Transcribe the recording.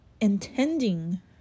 intending